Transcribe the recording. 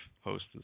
hosts